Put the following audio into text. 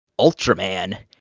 Ultraman